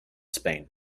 spain